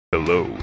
Hello